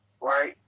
right